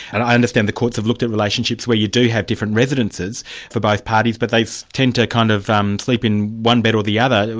and i understand the courts have looked at relationships where you do have different residences for both parties, but they tend to kind of um sleep in one bed or the other,